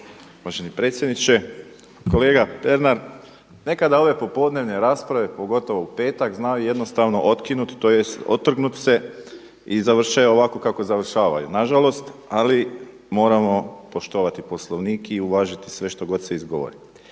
Uvaženi predsjedniče. Kolega Pernar, nekada ove popodnevne rasprave pogotovo u petak znaju jednostavno otkinuti, tj. otrgnuti se i završava ovako kako završavaju nažalost ali moramo poštovati Poslovnik i uvažiti sve što god se izgovori.